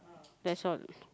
that's all